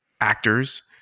actors